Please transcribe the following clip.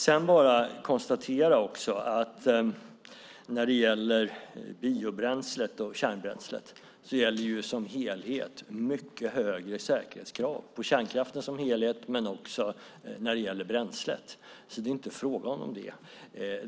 Sedan kan jag också bara konstatera att mycket högre säkerhetskrav gäller när det handlar om biobränslet och kärnbränslet som helhet, både för kärnkraften som helhet och för bränslet. Det är alltså inte fråga om det.